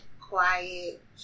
quiet